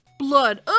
Blood